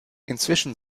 inzwischen